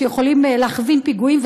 שיכולים להכווין פיגועים,